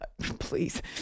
Please